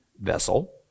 vessel